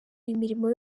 imirimo